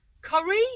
curry